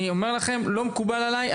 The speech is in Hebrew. אני אומר לכם שזה לא מקובל עליי.